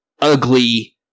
ugly